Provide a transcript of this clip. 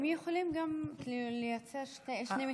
הם יכולים גם לייצר שני מטבחים.